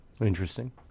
Interesting